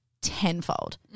tenfold